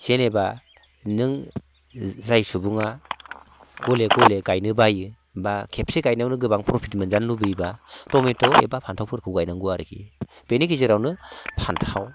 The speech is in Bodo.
जेनेबा नों जाय सुबुङा गले गले गायनो बायो बा खेबसे गायनायावनो गोबां प्रफिट मोनजानो लुबैबा टमेट' एबा फान्थावफोरखौ गायनांगौ आरोकि बेनि गेजेरावनो फान्थाव